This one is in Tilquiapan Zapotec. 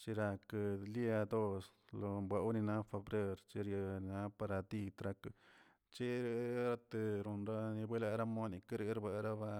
chiraklə dia dos lo bewnina febrerch yaa parati prak, cheratero ramidieramonike redweraba.